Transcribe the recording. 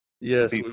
yes